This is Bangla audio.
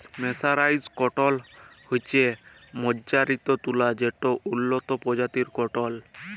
মের্সরাইসড কটল হছে মাজ্জারিত তুলা যেট উল্লত পরজাতির কটল